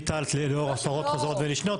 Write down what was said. בקשה לקבלת רישיון ומבקשים ממך להשלים מסמכים,